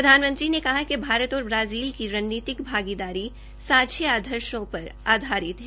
प्रधानमंत्री ने कहा कि भारत और ब्राजील की रणनीतिक भागीदारी सांझे आदर्शो पर आधारित है